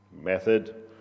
method